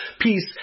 peace